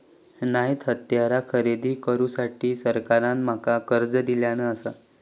नईन हत्यारा खरेदी करुसाठी सरकारान माका कर्ज दिल्यानं आसा